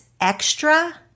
extra